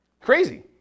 Crazy